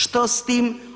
Što s tim?